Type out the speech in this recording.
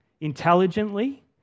intelligently